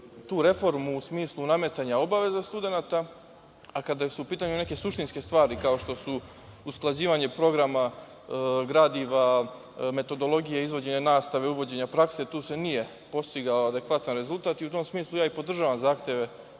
tu reformu u smislu nametanja obaveza studenata, a kada su u pitanju neke suštinske stvari, kao što su usklađivanje programa, gradiva, metodologije izvođenja nastave, uvođenja prakse, tu se nije postigao adekvatan rezultat i u tom smislu ja i podržavam zahteve